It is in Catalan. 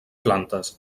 plantes